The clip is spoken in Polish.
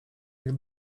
jak